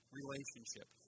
relationship